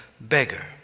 beggar